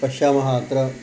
पश्यामः अत्र